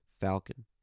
Falcon